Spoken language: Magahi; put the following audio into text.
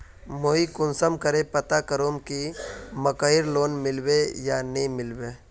मुई कुंसम करे पता करूम की मकईर लोन मिलबे या नी मिलबे?